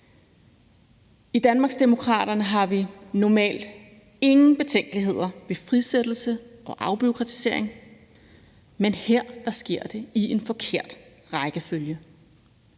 I Danmarksdemokraterne har vi normalt ingen betænkeligheder ved frisættelse og afbureaukratisering, men her sker det i en forkert rækkefølge.